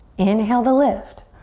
inhale to lift.